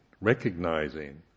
recognizing